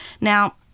Now